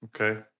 Okay